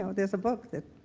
so there's a book that,